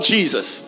Jesus